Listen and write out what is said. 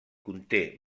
conté